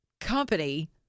company